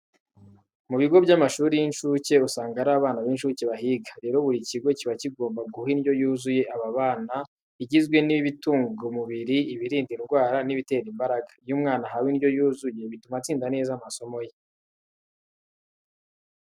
Ku bigo by'amashuri usanga hari abana b'incuke bahiga. Rero, buri kigo kiba kigomba guha indyo yuzuye aba bana, igizwe n'ibitunga umubiri, ibirinda indwara n'ibitera imbaraga. Iyo umwana ahawe indyo yuzuye bituma atsinda neza amasomo ye.